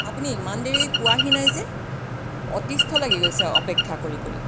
আপুনি ইমান দেৰি পোৱাহি নাই যে অতিষ্ঠ লাগি গৈছে অপেক্ষা কৰি কৰি